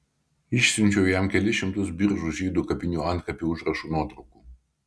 išsiunčiau jam kelis šimtus biržų žydų kapinių antkapių užrašų nuotraukų